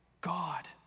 God